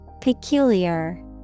Peculiar